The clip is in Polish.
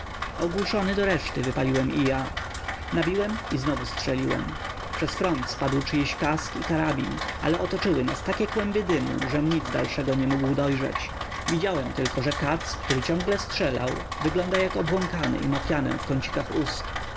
drugim ogłuszony doreszty wypaliłem i ja nabiłem i znowu strzeliłem przed front spadł czyjś kask i karabin ale otoczyły nas takie kłęby dymu żem nic dalszego nie mógł dojrzeć widziałem tylko że katz który ciągle strzelał wygląda jak obłąkany i ma pianę w kątach ust